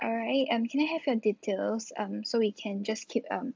alright um can I have your details um so we can just keep um